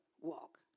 walk